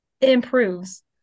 improves